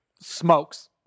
Smokes